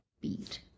Beat